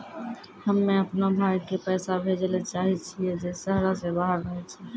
हम्मे अपनो भाय के पैसा भेजै ले चाहै छियै जे शहरो से बाहर रहै छै